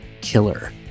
killer